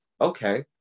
okay